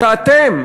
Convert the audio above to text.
שאתם,